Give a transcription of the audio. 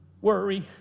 worry